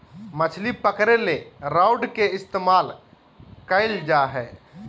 मछली पकरे ले रॉड के इस्तमाल कइल जा हइ